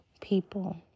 people